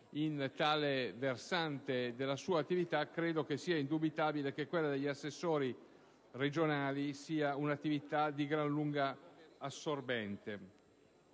in tale versante della sua attività, credo che sia indubitabile che quella degli assessori regionali sia un'attività di gran lunga assorbente.